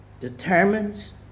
determines